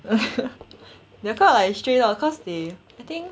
they're called like stray dog cause they I think